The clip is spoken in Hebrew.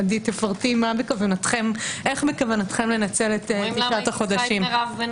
עדי, איך בכוונתם לנצל את החודשים?